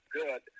good